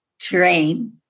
train